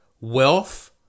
wealth